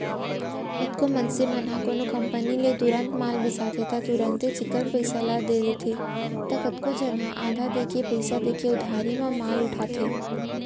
कतको मनसे मन ह कोनो कंपनी ले माल बिसाथे त तुरते चिक्कन पइसा ल दे देथे त कतको झन ह आधा देके पइसा देके उधारी म माल उठाथे